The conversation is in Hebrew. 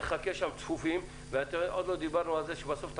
נחכה שם צפופים, ועוד לא דיברנו על זה שבסוף,